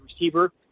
receiver